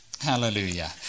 Hallelujah